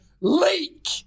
leak